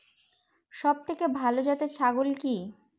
সবথেকে ভালো জাতের ছাগল কি?